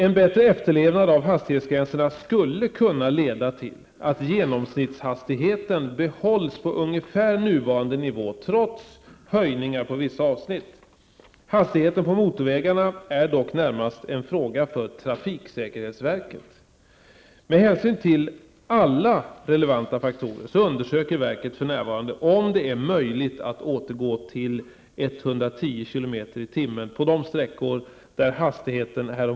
En bättre efterlevnad av hastighetsgränserna skulle kunna leda till att genomsnittshastigheten behålls på ungefär nuvarande nivå trots höjningar på vissa avsnitt. Hastigheten på motorvägarna är dock närmast en fråga för trafiksäkerhetsverket. Med hänsyn till alla relevanta faktorer undersöker verket för närvarande om det är möjligt att återgå till 110 km